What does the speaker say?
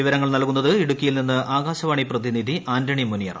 വിവരങ്ങൾ നൽകുന്നത് ഇടുക്കിയിൽ നിന്ന് ആകാശവാണി പ്രതിനിധി ആന്റണി മുനിയറ